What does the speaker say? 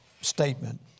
statement